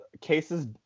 cases